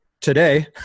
today